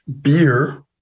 Beer